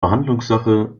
verhandlungssache